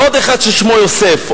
לעוד אחד ששמו יוסף,